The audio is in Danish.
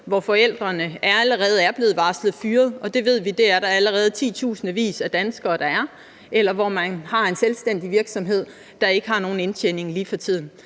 hvor forældrene allerede er blevet varslet fyret, og det ved vi at der allerede er titusindvis af danskere der er, eller hvor man har en selvstændig virksomhed, der ikke har nogen indtjening lige for tiden.